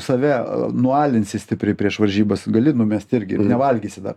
save nualinsi stipriai prieš varžybas gali numesti irgi nevalgysi dar